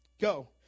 go